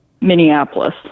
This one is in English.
Minneapolis